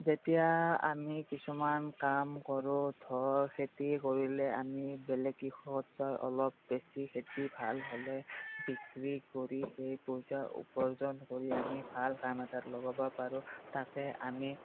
যেতিয়া আমি কিছুমান কাম কৰো ধৰ খেতি কৰিলে আমি বেলেগ কৃষকতচে অলপ বেছি খেতি ভাল হ'লে বিক্ৰী কৰি সেই পইচা উপাৰ্জন কৰি আমি ভাল কাম এটাত লগাব পাৰোঁ তাকে আমি